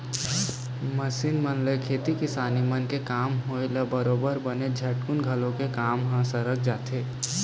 machine मन ले खेती किसानी मन के काम होय ले बरोबर बनेच झटकुन घलोक काम ह सरक जाथे